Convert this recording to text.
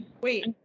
Wait